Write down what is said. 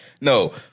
No